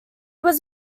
was